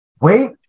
wait